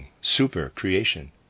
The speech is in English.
super-creation